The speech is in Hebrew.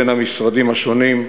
בין המשרדים השונים,